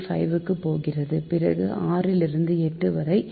5 க்கு போகிறது பிறகு 6 லிருந்து 8 வரை 1